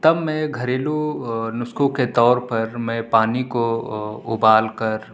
تب میں گھریلو نسخوں کے طور پر میں پانی کو ابال کر